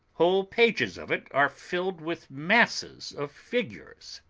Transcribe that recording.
whole pages of it are filled with masses of figures,